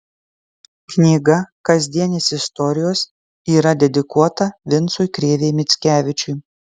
knyga kasdienės istorijos yra dedikuota vincui krėvei mickevičiui